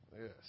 yes